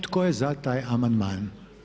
Tko je za taj amandman?